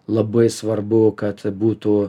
labai svarbu kad būtų